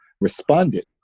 responded